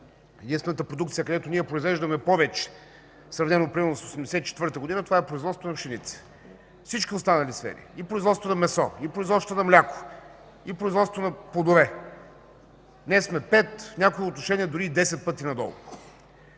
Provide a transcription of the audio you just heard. единствената продукция, където ние произвеждаме повече в сравнение с 1984 г., това е производството на пшеница. Във всички останали сфери – производството на месо, производството на мляко, производството на плодове, днес сме пет, дори в някои отношения и десет пъти надолу.